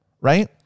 right